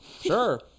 Sure